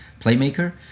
Playmaker